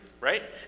right